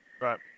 Right